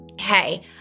hey